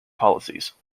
policies